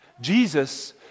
Jesus